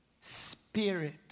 spirit